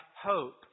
hope